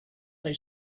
they